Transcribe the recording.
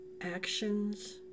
actions